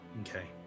Okay